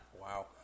Wow